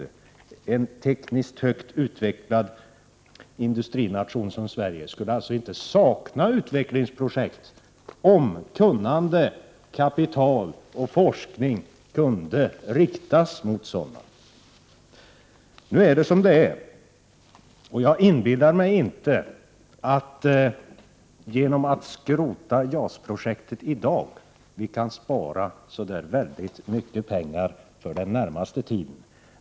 En industrination som Sverige med en hög teknisk utveckling skulle alltså inte sakna utvecklingsprojekt om kunnande, kapital och forskning kunde riktas mot dessa områden. Nu är det som det är, och jag inbillar mig inte att vi inom den närmaste tiden skulle kunna spara särskilt mycket pengar genom att i dag skrota JAS-projektet.